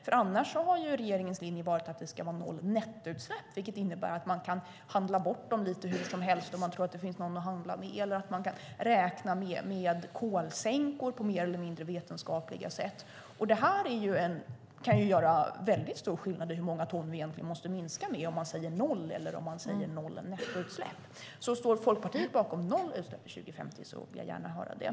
Regeringens linje har ju varit att det ska vara noll nettoutsläpp, vilket innebär att man kan handla bort dem lite hur som helst om man tror att det finns någon att handla med, eller kan räkna med kolsänkor på mer eller mindre vetenskapliga sätt. Det kan göra stor skillnad, alltså hur många ton vi egentligen måste minska med om man säger noll eller om man säger noll nettoutsläpp. Om Folkpartiet står bakom noll utsläpp till 2050 vill jag i så fall gärna höra det.